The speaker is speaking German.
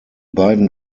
beiden